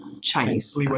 Chinese